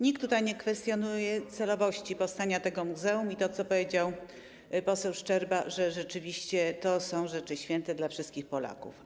Nikt tutaj nie kwestionuje celowości powstania tego muzeum i tego, co powiedział poseł Szczerba, że rzeczywiście są to rzeczy święte dla wszystkich Polaków.